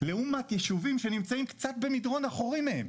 לעומת ישובים שנמצאים קצת במדרון אחורי מהם.